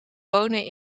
wonen